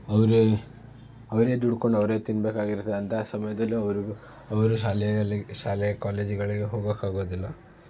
ಅವರೇ ಅವರೇ ದುಡ್ಕೊಂಡು ಅವರೇ ತಿನ್ಬೇಕಾಗಿರ್ತೆ ಅಂಥ ಸಮಯದಲ್ಲಿ ಅವರಿಗೂ ಅವರು ಶಾಲೆಯಲ್ಲಿ ಶಾಲೆ ಕಾಲೇಜುಗಳಿಗೆ ಹೋಗೋಕ್ಕಾಗೋದಿಲ್ಲ